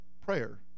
prayer